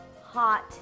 hot